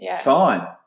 Time